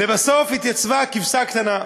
לבסוף התייצבה כבשה קטנה.